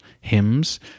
hymns